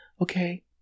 okay